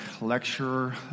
lecturer